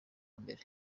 mbere